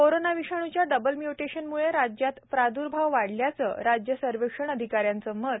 corona विषाणूच्या double mutation मुळे राज्यात प्राद्र्भाव वाढल्याचं राज्य सर्वेक्षण अधिकाऱ्यांचं मत